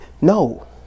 No